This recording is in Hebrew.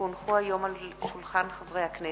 כי הונחו היום על שולחן הכנסת,